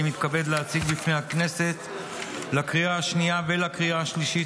להציג בפני הכנסת לקריאה השנייה ולקריאה השלישית